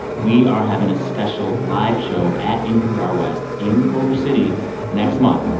we are having a special live show at npr west in culver city next month,